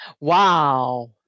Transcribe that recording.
Wow